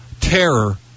terror